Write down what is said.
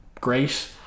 great